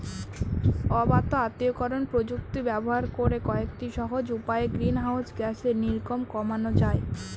অবাত আত্তীকরন প্রযুক্তি ব্যবহার করে কয়েকটি সহজ উপায়ে গ্রিনহাউস গ্যাসের নির্গমন কমানো যায়